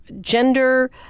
gender